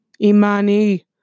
Imani